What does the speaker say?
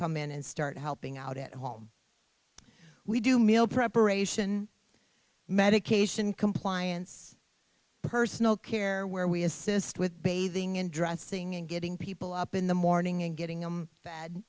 come in and start helping out at home we do meal preparation medication compliance personal care where we assist with bathing and dressing and getting people up in the morning and getting